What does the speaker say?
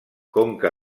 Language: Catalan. conca